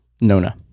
Nona